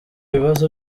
bibazo